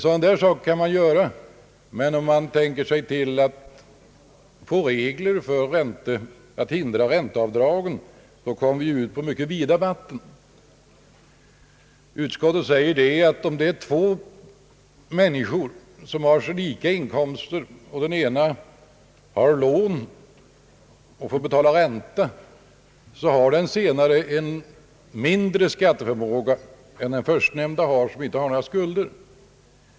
På det sättet kan man gå till väga, men den som vill skapa regler i syfte att förhindra ränteavdragen kommer ut på mycket vida vatten. Utskottet anser att om två människor har lika stora inkomster och den ene har lån som han får betala ränta på, så har denne mindre skatteförmåga än den som inte har några skulder.